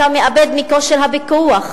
אתה מאבד מכושר הפיקוח,